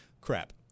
crap